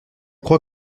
crois